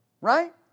right